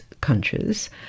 countries